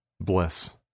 Bless